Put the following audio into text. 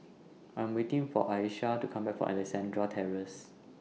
I Am waiting For Ayesha to Come Back from Alexandra Terrace